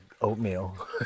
oatmeal